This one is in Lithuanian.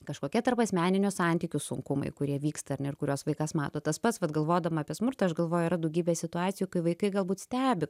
kažkokie tarpasmeninių santykių sunkumai kurie vyksta ar ne ir kuriuos vaikas mato tas pats vat galvodama apie smurtą aš galvoju yra daugybė situacijų kai vaikai galbūt stebi